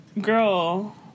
girl